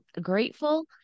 grateful